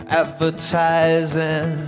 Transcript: advertising